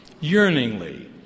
Yearningly